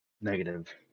Negative